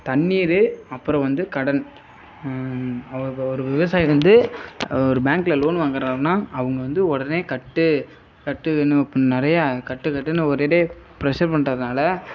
தண்ணீர் அப்புறம் வந்து கடன் ஒரு ஒரு விவசாயி வந்து ஒரு பேங்கில் லோன் வாங்கிறாருனா அவங்க வந்து உடனே கட்டு கட்டுவேன்னு அப்பின்னு நிறையா கட்டு கட்டுன்னு ஒரேடியாக ப்ரஷர் பண்ணுறதுனால